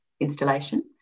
installation